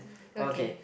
okay